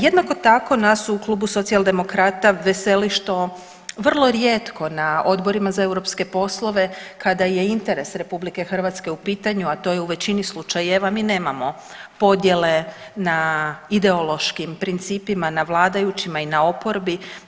Jednako tako nas u Klubu Socijaldemokrata veseli što vrlo rijetko na Odborima za europske poslove kada je interes Republike Hrvatske u pitanju a to je u većini slučajeva mi nemamo podjele na ideološkim principima na vladajućima i na oporbi.